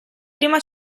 prima